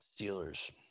Steelers